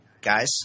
guys